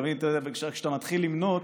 אתה מבין, כשאתה מתחיל למנות,